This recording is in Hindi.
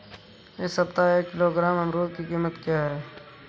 इस सप्ताह एक किलोग्राम अमरूद की कीमत क्या है?